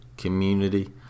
community